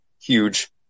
huge